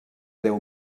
deu